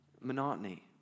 monotony